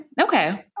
Okay